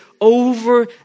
over